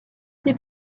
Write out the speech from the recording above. été